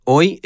Hoy